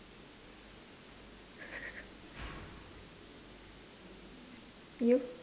you